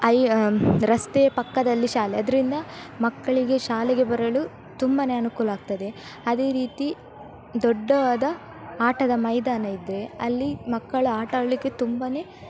ಅಲ್ಲಿ ರಸ್ತೆಯ ಪಕ್ಕದಲ್ಲಿ ಶಾಲೆ ಅದರಿಂದ ಮಕ್ಕಳಿಗೆ ಶಾಲೆಗೆ ಬರಲು ತುಂಬನೇ ಅನುಕೂಲ ಆಗ್ತದೆ ಅದೇ ರೀತಿ ದೊಡ್ಡದಾದ ಆಟದ ಮೈದಾನ ಇದೆ ಅಲ್ಲಿ ಮಕ್ಕಳು ಆಟಾಡಲಿಕ್ಕೆ ತುಂಬನೇ